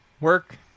work